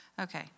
Okay